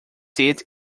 seat